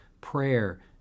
prayer